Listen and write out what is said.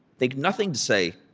think nothing to say,